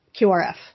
QRF